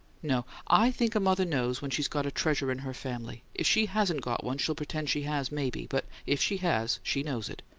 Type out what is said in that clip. no i think a mother knows when she's got a treasure in her family. if she hasn't got one, she'll pretend she has, maybe but if she has, she knows it.